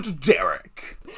Derek